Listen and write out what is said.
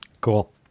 Cool